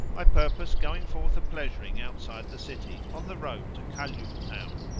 i purpose going forth a-pleasuring outside the city on the road to kalyub-town,